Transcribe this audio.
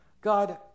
God